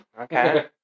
Okay